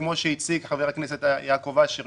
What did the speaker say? וכמו שהציג חבר הכנסת יעקב אשר,